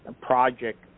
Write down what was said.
project